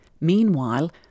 Meanwhile